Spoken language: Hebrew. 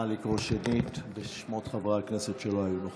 נא לקרוא שנית בשמות חברי הכנסת שלא היו נוכחים.